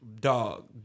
Dog